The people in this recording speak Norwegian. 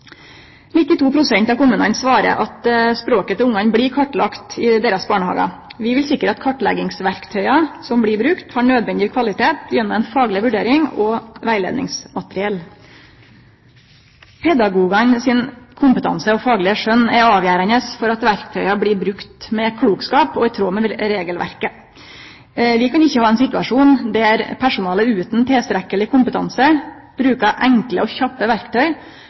pst. av kommunane svarer at språket til ungane blir kartlagt i deira barnehagar. Vi vil sikre at kartleggingsverktøya som blir brukte, har nødvendig kvalitet gjennom fagleg vurdering og rettleiingsmateriell. Kompetansen og det faglege skjønnet til pedagogen er avgjerande for at verktøya blir brukte med klokskap og i tråd med regelverket. Vi kan ikkje ha ein situasjon der personale utan tilstrekkeleg kompetanse bruker enkle og